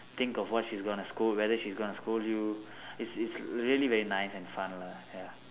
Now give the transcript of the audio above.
think of what she's gonna scold whether she's gonna scold you it's it's really very nice and fun lah ya